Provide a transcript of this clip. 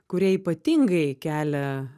kurie ypatingai kelia